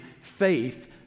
faith